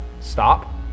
stop